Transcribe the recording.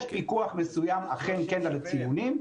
ואכן יש פיקוח מסוים על הציונים.